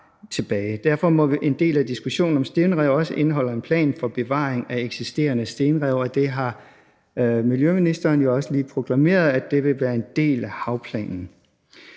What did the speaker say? Derfor må en del af diskussionen om stenrev også indeholde en plan for bevaring af eksisterende stenrev, og det har miljøministeren jo også lige proklameret vil være en del af havplanen.